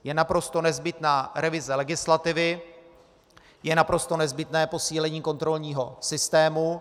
Je naprosto nezbytná revize legislativy, je naprosto nezbytné posílení kontrolního systému.